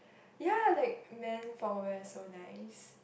ya like man formal wear is so nice